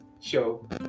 show